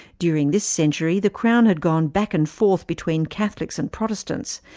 during this century, the crown had gone back and forth between catholics and protestants,